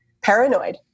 paranoid